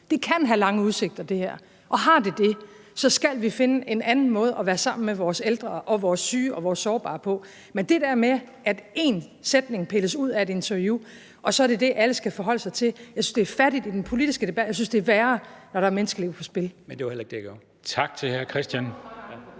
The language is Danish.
Det kan have lange udsigter, det her, og har det det, skal vi finde en anden måde at være sammen med vores ældre og vores syge og vores sårbare på. Men det der med, at én sætning pilles ud af et interview, og så er det det, alle skal forholde sig til, synes jeg er fattigt i den politiske debat; jeg synes, det er værre, når der er menneskeliv på spil. (Kristian Thulesen Dahl (DF): Men det var heller ikke